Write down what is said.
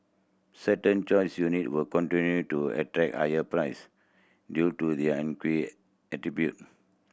certain choice unit will continue to attract higher price due to their attributes